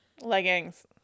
Leggings